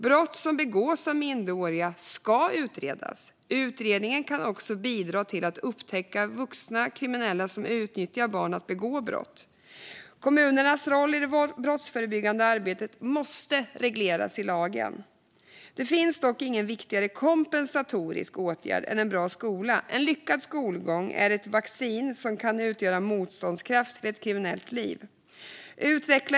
Brott som begås av minderåriga ska utredas. Utredningen kan också bidra till att upptäcka vuxna kriminella som utnyttjar barn för att begå brott. Kommunernas roll i det brottsförebyggande arbetet måste regleras i lagen. Det finns dock ingen viktigare kompensatorisk åtgärd än en bra skola. En lyckad skolgång är ett vaccin som kan utgöra motståndskraften mot ett kriminellt liv.